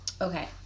okay